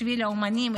בשביל האומנים,